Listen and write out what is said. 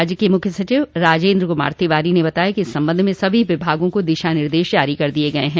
राज्य के मुख्य सचिव राजेन्द्र कुमार तिवारी ने बताया कि इस संबंध में सभी विभागों को दिशा निर्देश जारी कर दिये गये हैं